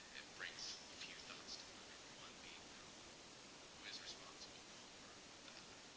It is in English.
it brings a few thoughts to mind, one being who who is responsible for the